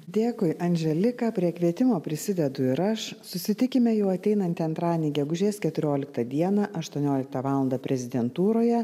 dėkui andželika prie kvietimo prisidedu ir aš susitikime jau ateinantį antradienį gegužės keturioliktą dieną aštuonioliktą valandą prezidentūroje